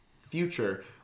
future